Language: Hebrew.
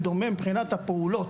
בדומה, מבחינת הפעולות